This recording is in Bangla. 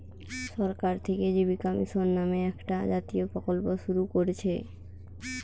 সরকার থিকে জীবিকা মিশন নামে একটা জাতীয় প্রকল্প শুরু কোরছে